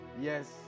Yes